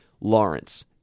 Lawrence